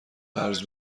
قرض